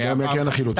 קרן החילוט.